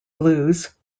blues